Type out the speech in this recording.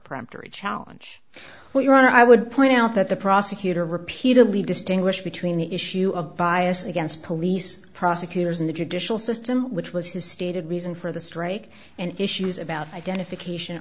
prompt or a challenge where i would point out that the prosecutor repeatedly distinguished between the issue of bias against police prosecutors and the judicial system which was his stated reason for the strike and issues about identification